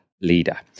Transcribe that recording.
leader